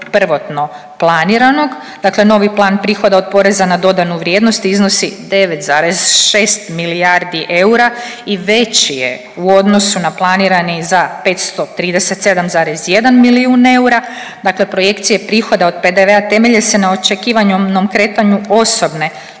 prvotnog planiranog. Dakle, novi plan prihoda od poreza na dodanu vrijednost iznosi 9,6 milijardi eura i veći je u odnosu na planirani za 537,1 milijun eura. Dakle, projekcije prihoda od PDV-a temelje se na očekivanom kretanju osobne